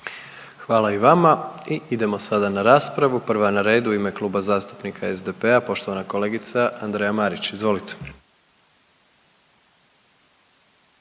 Hvala i vama. I idemo sada na raspravu. Prva ne redu u ime Kluba zastupnika SDP-a, poštovana kolegica Andreja Marić, izvolite.